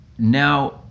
Now